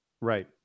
right